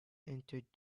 entered